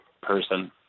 person